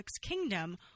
kingdom